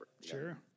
Sure